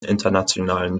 internationalen